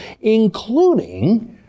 including